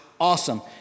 Awesome